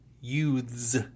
youths